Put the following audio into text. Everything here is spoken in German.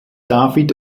david